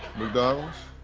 mcdonald's?